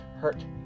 hurt